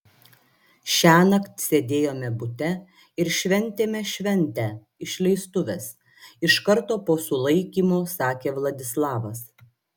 šiąnakt sėdėjome bute ir šventėme šventę išleistuves iš karto po sulaikymo sakė vladislavas